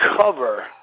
cover